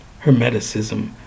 Hermeticism